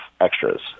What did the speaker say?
extras